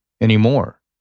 anymore